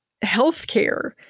healthcare